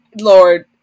Lord